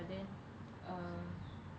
but then uh